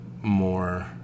more